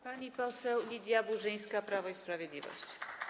Pani poseł Lidia Burzyńska, Prawo i Sprawiedliwość.